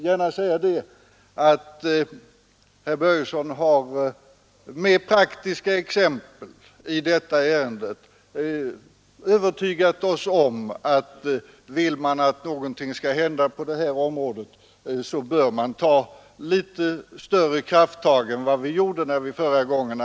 Herr Börjesson har med praktiska exempel nu övertygat oss om att om vi verkligen vill att någonting skall göras på detta område så bör vi ta litet kraftigare tag än vi gjorde förra gången.